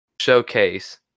showcase